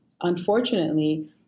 unfortunately